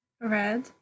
Red